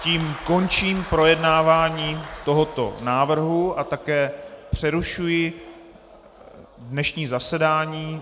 Tím končím projednávání tohoto návrhu a také přerušuji dnešní zasedání.